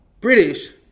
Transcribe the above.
British